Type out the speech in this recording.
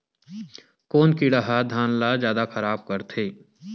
कोन कीड़ा ह धान ल जादा खराब करथे?